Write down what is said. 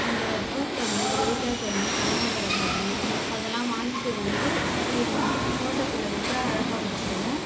அந்த பூக்கன்று ரோஜாக்கன்று கனகாம்பரம் கன்று அதெலாம் வாங்கிட்டு வந்து வீ தோட்டத்தில் வந்து அழகாக வச்சுருவோம்